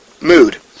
mood